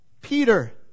Peter